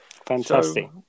Fantastic